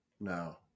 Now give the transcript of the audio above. No